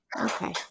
Okay